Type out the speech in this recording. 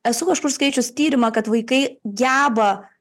esu kažkur skaičius tyrimą kad vaikai geba